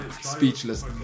speechless